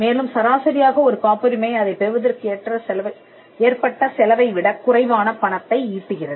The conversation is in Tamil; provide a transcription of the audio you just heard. மேலும் சராசரியாக ஒரு காப்புரிமை அதைப் பெறுவதற்கு ஏற்பட்ட செலவை விடக் குறைவான பணத்தை ஈட்டுகிறது